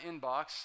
inbox